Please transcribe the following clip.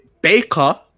Baker